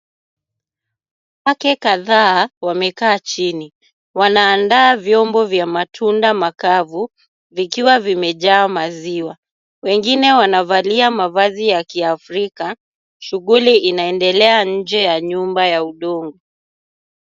Wanawake kadhaa wamekaa chini wanaandaa vyombo vya matunda makavu vikiwa vimejaa maziwa. Wengine wanavalia mavazi ya Kiafrika. Shughuli inaendelea nje ya nyumba ya udongo.